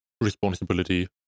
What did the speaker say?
responsibility